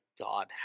God